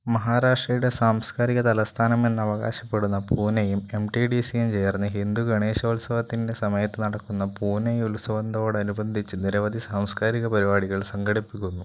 മഹാരാഷ്ട്രയുടെ സാംസ്കാരിക തലസ്ഥാനം എന്ന് അവകാശപ്പെടുന്ന പൂനെയും എം ടി ഡി സിയും ചേർന്നു ഹിന്ദു ഗണേശോത്സാവത്തിൻ്റെ സമയത്ത് നടക്കുന്ന പൂനെ ഉത്സവത്തോട് അനുബന്ധിച്ചു നിരവധി സാംസ്കാരിക പരിപാടികൾ സംഘടിപ്പിക്കുന്നു